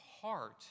heart